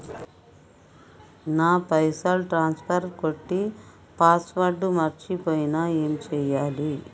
నా పైసల్ ట్రాన్స్ఫర్ కొట్టే పాస్వర్డ్ మర్చిపోయిన ఏం చేయాలి?